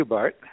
Bart